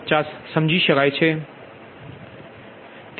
50 સમજી શકો